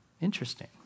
Interesting